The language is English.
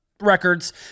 records